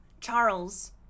Charles